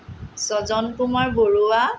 চজন Kumar Barua